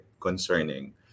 concerning